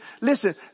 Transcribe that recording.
listen